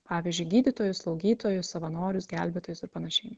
pavyzdžiui gydytojus slaugytojus savanorius gelbėtojus ir panašiai